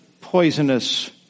poisonous